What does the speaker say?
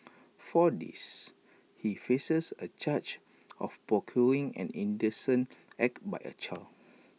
for this he faces A charge of procuring an indecent act by A child